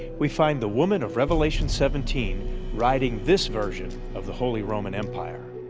we find the woman of revelation seventeen riding this version of the holy roman empire.